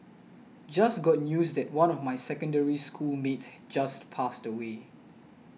just got news that one of my Secondary School mates just passed away